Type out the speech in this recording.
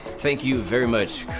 thank you very much